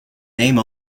name